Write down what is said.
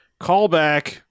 callback